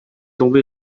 tombé